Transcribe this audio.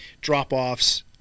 drop-offs